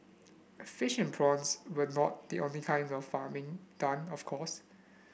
fish and prawns were not the only kind of farming done of course